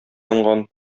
янган